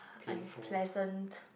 unpleasant